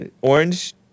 Orange